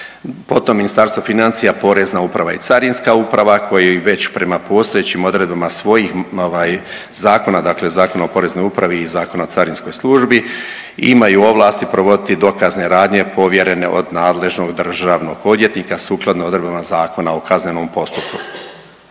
potom Ministarstvo financija, Porezna uprava i Carinska uprava koji već prema postojećim odredbama svojih ovaj, zakona, dakle Zakona o poreznoj upravi i Zakona o carinskoj službi imaju ovlasti provoditi dokazne radnje povjerene od nadležnog državnog odvjetnika sukladno odredbama Zakona o kazneno postupku.